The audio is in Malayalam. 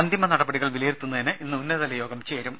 അന്തിമ നടപടികൾ വിലയിരുത്തുന്നതിന് ഇന്ന് ഉന്നതതലയോഗം ചേരുന്നുണ്ട്